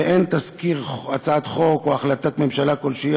ואין תזכיר הצעת חוק או החלטת ממשלה כלשהי.